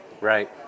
Right